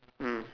mm